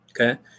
okay